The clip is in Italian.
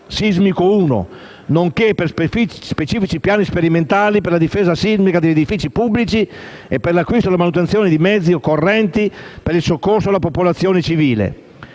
sismico 1, nonché per specifici piani sperimentali per la difesa sismica degli edifici pubblici e per l'acquisto e la manutenzione dei mezzi occorrenti per il soccorso alla popolazione civile.